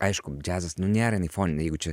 aišku džiazas nu nėra jinai foninė jeigu čia